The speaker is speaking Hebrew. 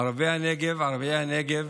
ערביי הנגב